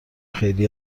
خیلی